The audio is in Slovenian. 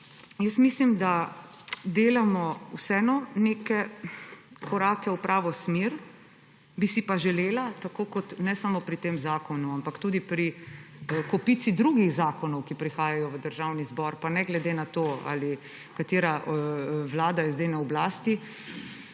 Mislim, da delamo vseeno neke korake v pravo smer. Bi si pa želela, tako kot ne samo pri tem zakonu, ampak tudi pri kopici drugih zakonov, ki prihajajo v Državni zbor, pa ne glede na to, katera vlada je zdaj na oblasti,